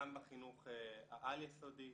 גם בחינוך העל-יסודי,